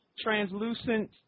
translucent